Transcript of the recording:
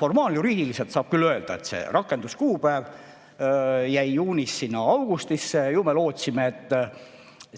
formaaljuriidiliselt saab küll öelda, et see rakenduskuupäev jäi juunis sinna augustisse. Ju me lootsime, et